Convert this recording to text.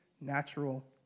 natural